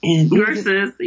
Versus